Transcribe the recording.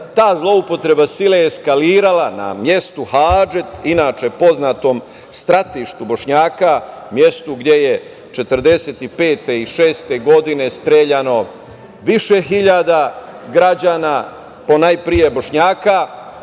ta zloupotreba sile eskalirala na mestu Hadžet, inače poznatom stratištu Bošnjaka, mestu gde je 1945. i 1946. godine streljano više hiljada građana, ponajpre Bošnjaka,